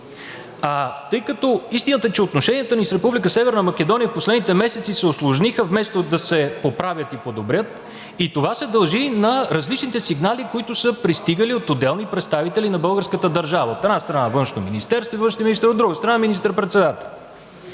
Тъй като истината е, че отношенията ни с Република Северна Македония в последните месеци се усложниха, вместо да се оправят и подобрят, и това се дължи на различните сигнали, които са пристигали от отделни представители на българската държава – от една страна на Външно министерство и външния министър, от друга стара – министър-председателят.